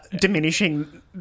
diminishing